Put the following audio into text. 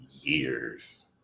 years